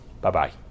Bye-bye